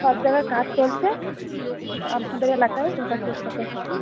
সব জায়গায় কাজ চলছে তো আপনাদের এলাকায় ঢোকার চেষ্টা করছি